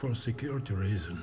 for security reasons